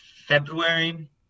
February